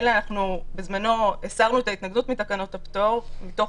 אנחנו בזמנו הסרנו את ההתנגדות מתקנות הפטור מתוך